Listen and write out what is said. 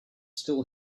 still